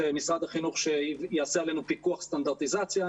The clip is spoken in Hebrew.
משרד החינוך שיעשה עלינו פיקוח סטנדרטיזציה,